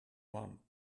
one